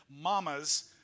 Mamas